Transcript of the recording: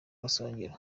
gasongero